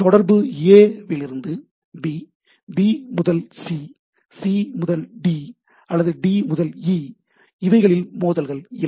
தொடர்பு A விலிருந்து B B முதல் C C முதல் D அல்லது D முதல் E இவைகளில் மோதல்கள் இல்லை